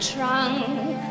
trunk